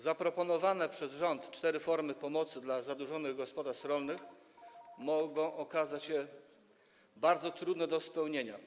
Zaproponowane przez rząd cztery formy pomocy dla zadłużonych gospodarstw rolnych mogą okazać się bardzo trudne do zrealizowania.